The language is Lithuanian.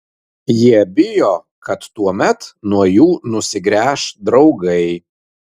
jie bijo kad tuomet nuo jų nusigręš draugai